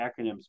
acronyms